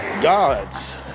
Gods